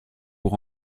pour